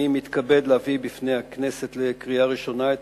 אני מתכבד להביא בפני הכנסת לקריאה ראשונה את